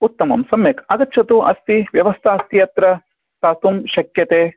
उत्तमं सम्यक् आगच्छतु अस्ति व्यवस्था अस्ति अत्र स्थातुं शक्यते